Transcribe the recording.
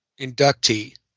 inductee